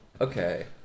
Okay